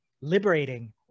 liberating